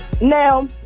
Now